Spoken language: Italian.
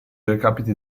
recapiti